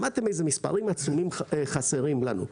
שמעתם איזה מספרים עצומים חסרים לנו.